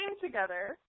together